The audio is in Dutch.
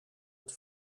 het